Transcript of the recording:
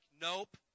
nope